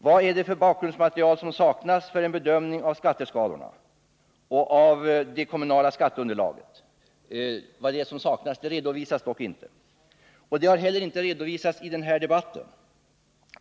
Vad det är för bakgrundsmaterial som saknas för en bedömning av skatteskalorna och det kommunala skatteunderlaget redovisas dock inte. Det har inte heller redovisats i den här debatten.